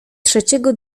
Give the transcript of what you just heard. trzeciego